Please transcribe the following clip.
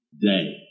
day